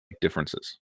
differences